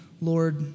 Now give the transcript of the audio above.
Lord